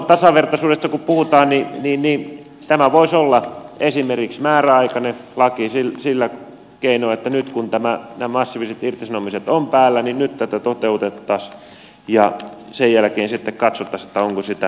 tasavertaisuudesta kun puhutaan niin tämä voisi olla esimerkiksi määräaikainen laki sillä keinoin että nyt kun nämä massiiviset irtisanomiset ovat päällä tätä toteutettaisiin ja sen jälkeen sitten katsottaisiin onko sitä tarpeen jatkaa